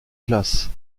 classes